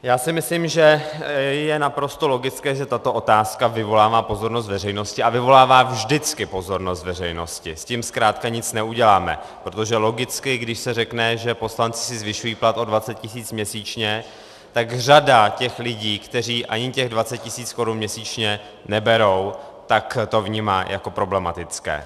Já si myslím, že je naprosto logické, že tato otázka vyvolává pozornost veřejnosti a vyvolává vždycky pozornost veřejnosti, s tím zkrátka nic neuděláme, protože logicky když se řekne, že poslanci si zvyšují plat o 20 tisíc měsíčně, tak řada lidí, kteří ani těch 20 tisíc korun měsíčně neberou, to vnímá jako problematické.